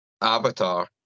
Avatar